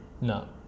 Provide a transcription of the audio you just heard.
No